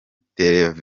tel